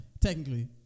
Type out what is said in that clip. Technically